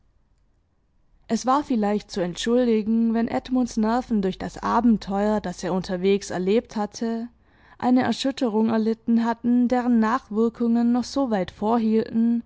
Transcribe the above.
es war vielleicht zu entschuldigen wenn edmunds nerven durch das abenteuer das er unterwegs erlebt hatte eine erschütterung erlitten hatten deren nachwirkungen noch so weit vorhielten